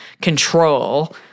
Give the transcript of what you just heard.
control